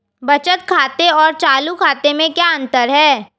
बचत खाते और चालू खाते में क्या अंतर है?